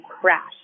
crash